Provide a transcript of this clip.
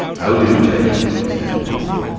ow do, teddy? he said, passing.